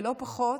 ולא פחות,